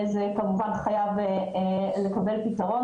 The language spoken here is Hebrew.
זה חייב לקבל פתרון,